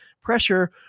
pressure